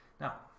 Now